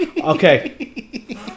Okay